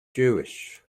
jewish